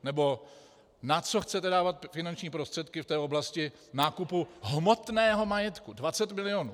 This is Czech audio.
Nebo na co chcete dávat finanční prostředky v oblasti nákupu hmotného majetku 20 milionů?